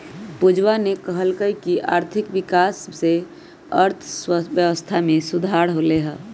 पूजावा ने कहल कई की आर्थिक विकास से अर्थव्यवस्था में सुधार होलय है